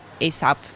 ASAP